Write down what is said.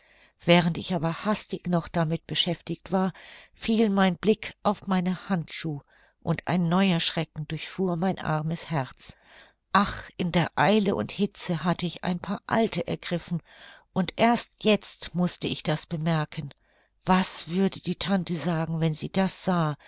während ich aber hastig noch damit beschäftigt war fiel mein blick auf meine handschuh und neuer schrecken durchfuhr mein armes herz ach in der eile und hitze hatte ich ein paar alte ergriffen und erst jetzt mußte ich das bemerken was würde die tante sagen wenn sie das sah